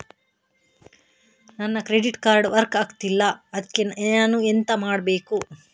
ನನ್ನ credit card work ಆಗ್ತಿಲ್ಲ ಅದ್ಕೆ ನಾನು ಎಂತ ಮಾಡಬೇಕು?